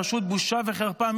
פשוט בושה וחרפה.